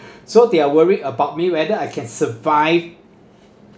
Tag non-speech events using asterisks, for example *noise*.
*breath* so they are worried about me whether I can survive